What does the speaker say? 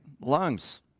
lungs